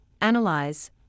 analyze